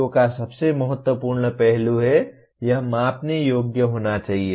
CO का सबसे महत्वपूर्ण पहलू है यह मापने योग्य होना चाहिए